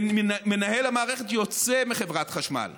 מנהל המערכת יוצא מחברת חשמל.